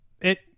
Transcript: it-